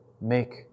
make